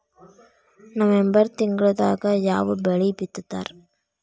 November ತಿಂಗಳದಾಗ ಯಾವ ಬೆಳಿ ಬಿತ್ತತಾರ?